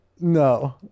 No